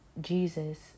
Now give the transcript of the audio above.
Jesus